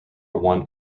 one